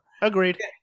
Agreed